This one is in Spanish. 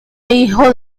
hijo